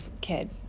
kid